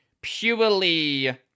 purely